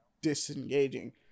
disengaging